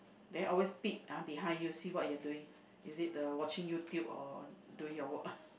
then always peep ah behind you see what you're doing is it the watching YouTube or doing your work